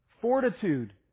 fortitude